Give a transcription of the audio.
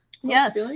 Yes